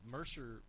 Mercer